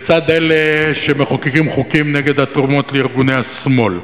לצד אלה שמחוקקים חוקים נגד התרומות לארגוני השמאל.